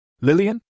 Lillian